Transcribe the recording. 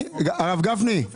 (היו"ר משה גפני 13:14)